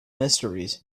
mysteries